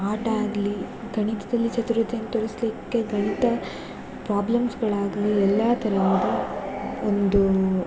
ಆಟ ಆಗಲೀ ಗಣಿತದಲ್ಲಿ ಚತುರತೆಯನ್ನು ತೋರಿಸಲಿಕ್ಕೆ ಗಣಿತ ಪ್ರಾಬ್ಲಮ್ಸ್ಗಳಾಗಲೀ ಎಲ್ಲ ತರಹದ ಒಂದು